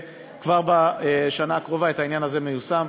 כבר בשנה הקרובה את העניין הזה מיושם.